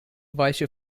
weiche